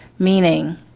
Meaning